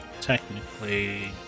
Technically